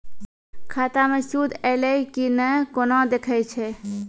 खाता मे सूद एलय की ने कोना देखय छै?